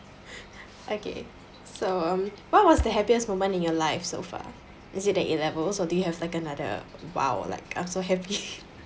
okay so um what was the happiest moment in your life so far is it that A levels or do you have like another !wow! like I'm so happy